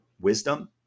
wisdom